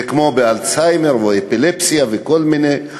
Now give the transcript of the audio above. זה כמו באלצהיימר, באפילפסיה וכל מיני.